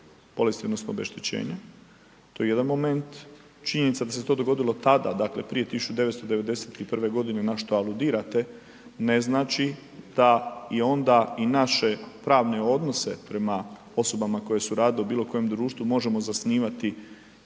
bolesti odnosno obeštećenja. To je jedan moment. Činjenica da se to dogodilo tada, dakle prije 1991. godine na što aludirate ne znači da i onda i naše pravne odnose prema osobama koje su radile u bilo kojem društvu možemo zasnivati